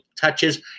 touches